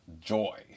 joy